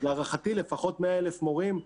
להערכתי לפחות 100,000 מורים.